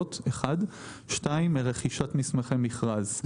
הערבויות ורכישת מסמכי מכרז.